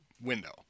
window